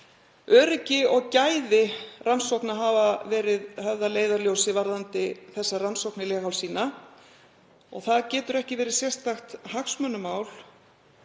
Öryggi og gæði rannsókna hafa verið höfð að leiðarljósi varðandi þessar rannsóknir leghálssýna. Það getur ekki verið sérstakt hagsmunamál